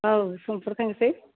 औ समफोर थांसै